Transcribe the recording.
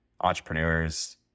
entrepreneurs